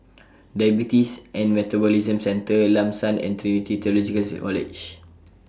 Diabetes and Metabolism Centre Lam San and Trinity Theological C College